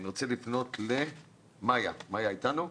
אני רוצה לפנות למאיה קדם.